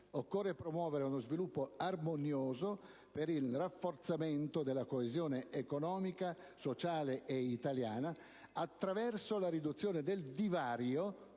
occorre promuovere uno sviluppo armonioso per il rafforzamento della coesione economica, sociale e territoriale, mirando a ridurre il divario